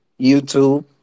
YouTube